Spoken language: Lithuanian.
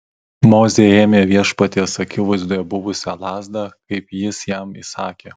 mozė ėmė viešpaties akivaizdoje buvusią lazdą kaip jis jam įsakė